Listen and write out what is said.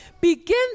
begin